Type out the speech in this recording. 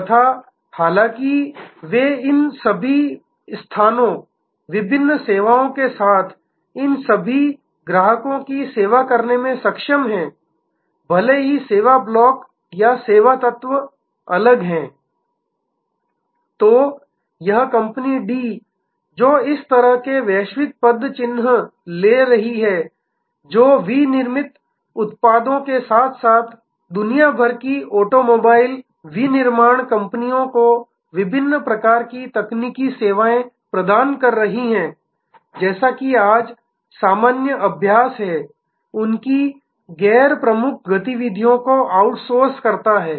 तथा हालाँकि वे इन सभी स्थानों विभिन्न सेवाओं के साथ इन सभी ग्राहकों की सेवा करने में सक्षम हैं भले ही सेवा ब्लॉक या सेवा तत्व अलग अलग है तो यह कंपनी डी जो इस तरह के वैश्विक पदचिह्न दे रही है जो विनिर्मित उत्पादों के साथ साथ दुनिया भर की ऑटोमोबाइल विनिर्माण कंपनियों को विभिन्न प्रकार की तकनीकी सेवाएं प्रदान कर रही है जैसा कि आज सामान्य अभ्यास है उनकी गैर प्रमुख गतिविधियों को आउटसोर्स करता है